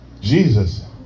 Jesus